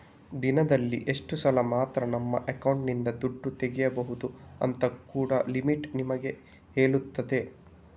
ದಿನದಲ್ಲಿ ಇಷ್ಟು ಸಲ ಮಾತ್ರ ನಮ್ಮ ಅಕೌಂಟಿನಿಂದ ದುಡ್ಡು ತೆಗೀಬಹುದು ಅಂತ ಕೂಡಾ ಲಿಮಿಟ್ ನಮಿಗೆ ಹೇಳ್ತದೆ